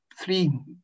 three